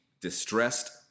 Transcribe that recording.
distressed